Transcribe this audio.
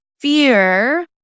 fear